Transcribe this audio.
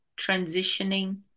transitioning